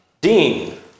Dean